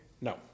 No